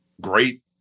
great